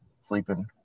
sleeping